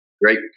great